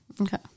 Okay